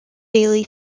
daily